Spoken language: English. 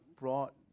brought